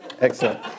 Excellent